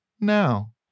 now